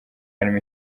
harimo